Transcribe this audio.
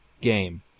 game